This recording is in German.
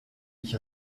ich